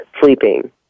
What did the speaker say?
sleeping